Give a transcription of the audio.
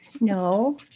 No